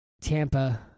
Tampa